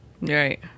Right